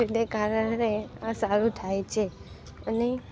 એને કારણે આ સારું થાય છે અને